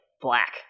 black